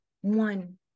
one